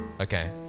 Okay